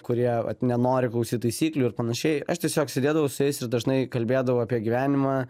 kurie vat nenori klausyt taisyklių ir panašiai aš tiesiog sėdėdavau su jais ir dažnai kalbėdavau apie gyvenimą